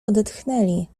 odetchnęli